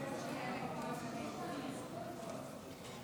נפגעי טרור כצד להליך המשפטי (תיקוני חקיקה),